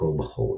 ובקור בחורף,